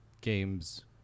games